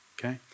okay